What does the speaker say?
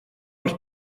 els